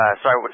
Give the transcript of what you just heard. Sorry